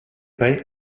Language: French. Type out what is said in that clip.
pins